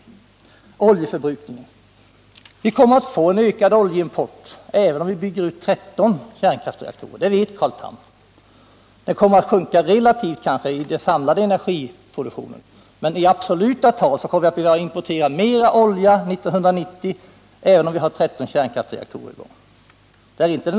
När det gäller oljeförbrukningen vill jag säga att vi kommer att få en ökad oljeimport även om vi bygger ut 13 kärnkraftsreaktorer. Det vet Carl Tham. Oljeförbrukningens relativa andel i energiproduktionen kommer kanske att minskas, men i absoluta tal kommer vi att behöva importera mer olja 1990 än i dag även om vi har 13 kärnkraftsreaktorer.